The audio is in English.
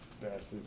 Bastards